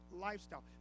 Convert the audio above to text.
lifestyle